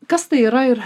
kas tai yra ir